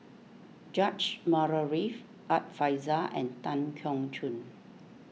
George Murray Reith Art Fazil and Tan Keong Choon